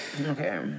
Okay